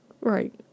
right